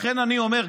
לכן אני אומר,